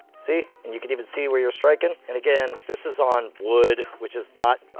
see, and you can even see where you're striking. and again, this is on wood, which is not,